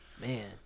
Man